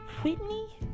Whitney